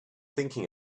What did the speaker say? thinking